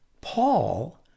Paul